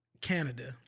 Canada